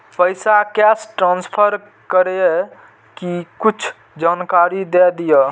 पैसा cash transfer करऐ कि कुछ जानकारी द दिअ